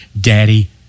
daddy